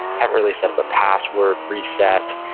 haven't really set up a password reset,